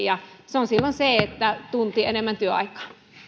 ja se on silloin tunti enemmän työaikaa